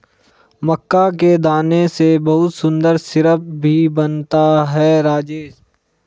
मक्का के दाने से बहुत सुंदर सिरप भी बनता है राजेश